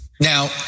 Now